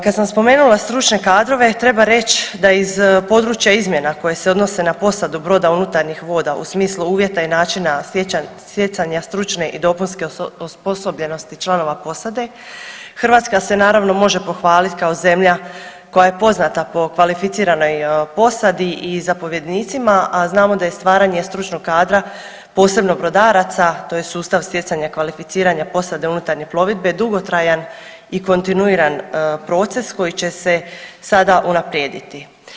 Kad sam spomenula stručne kadrove treba reći da je iz područja izmjena koja se odnosi na posadu broda unutarnjih voda u smislu uvjeta i načina stjecanja stručne i dopunske osposobljenosti članova posade, Hrvatska se naravno može pohvalit kao zemlja koja je poznata po kvalificiranoj posadi i zapovjednicima a znamo da je stvaranje stručnog kadra posebno brodaraca to je sustav stjecanja kvalificiranja posade unutarnje plovidbe, dugotrajan i kontinuiran proces koji će se sada unaprijediti.